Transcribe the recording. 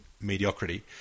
mediocrity